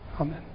Amen